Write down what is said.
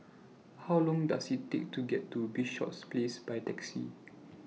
How Long Does IT Take to get to Bishops Place By Taxi